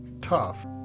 tough